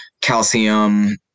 calcium